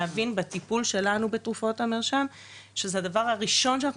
להבין בטיפול שלנו בתרופות המרשם שזה הדבר הראשון שאנחנו